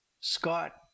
Scott